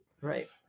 Right